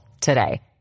today